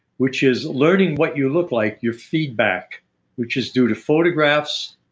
which is learning what you look like, your feedback which is due to photographs,